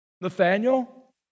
Nathaniel